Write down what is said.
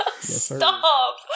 Stop